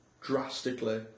drastically